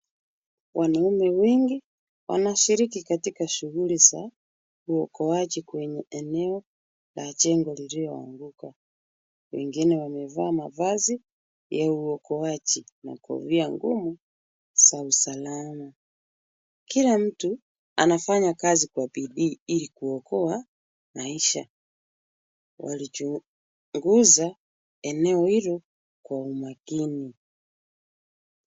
Wanaume wengi wanashiriki katika shughuli za uokoaji kwenye eneo la jengo lililoanguka. Wengine wamevaa mavazi ya uokoaji na kofia ngumu za usalama. Kila mtu anafanya kazi kwa bidii ili kuokoa maisha. Walichunguza eneo hilo kwa umakini.